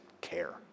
care